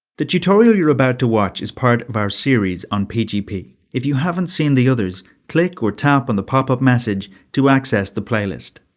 the tutorial you are about to watch is part of a series on pgp. if you haven't seen the others, click or tap on the pop up message to access the playlist.